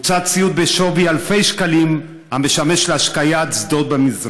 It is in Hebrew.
הוצת ציוד בשווי אלפי שקלים המשמש להשקיית שדות במזרע,